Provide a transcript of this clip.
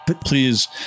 please